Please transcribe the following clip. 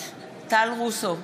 טל רוסו,